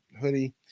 hoodie